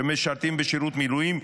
שמשרתים בשירות מילואים,